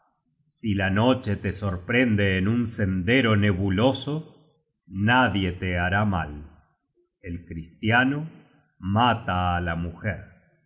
si la noche te sorprende en un sendero nebuloso nadie te hará mal el cristiano mata á la mujer